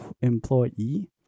employee